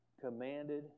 commanded